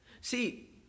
See